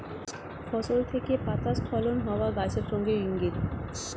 ফসল থেকে পাতা স্খলন হওয়া গাছের রোগের ইংগিত